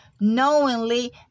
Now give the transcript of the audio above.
knowingly